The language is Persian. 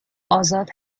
آزاد